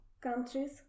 countries